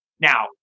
Now